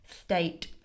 state